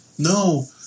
No